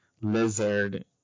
Lizard